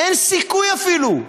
אין סיכוי אפילו,